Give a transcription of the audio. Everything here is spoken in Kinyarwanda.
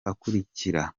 akurikira